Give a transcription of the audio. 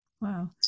wow